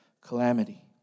calamity